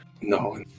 No